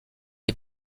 est